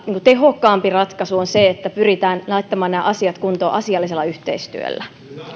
tehokkaampi ratkaisu on se että pyritään laittamaan nämä asiat kuntoon asiallisella yhteistyöllä